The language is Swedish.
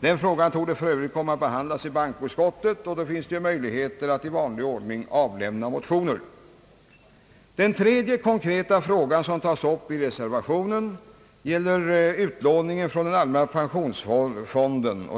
Den frågan torde för övrigt komma att behandlas i bankoutskottet, och då finns det ju möjlighet att i vanlig ordning avlämna motioner. Den tredje konkreta fråga som tas upp i reservationen gäller utlåningen från allmänna pensionsfonden.